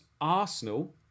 Arsenal